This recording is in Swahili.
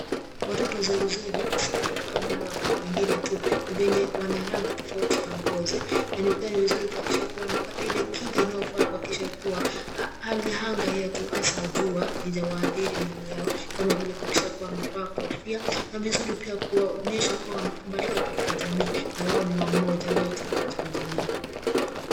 Watoto zeru zerru ni sawa kama wale watoto wengine tu ni venye wana rangi tofauti ya ngozi na pia ni vizuri kuhakikisha kuwa wanapata ile kinga inayofaa kuhakikisha kuwa hali anga yetu hasa jua haijawaadhiri mili yao kama vile kuhakikisha kuwa wamevaa kofia na vizuri kuwaonyesha kuwa wanakubalika katika jamii na wao ni mmoja wetu katika jamii.